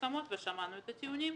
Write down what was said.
להסכמות ושמענו את הטענות.